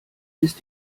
ist